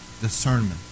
discernment